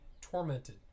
tormented